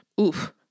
Oof